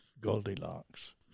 Goldilocks